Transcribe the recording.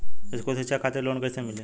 स्कूली शिक्षा खातिर लोन कैसे मिली?